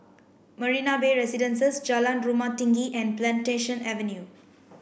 Marina Bay Residences Jalan Rumah Tinggi and Plantation Avenue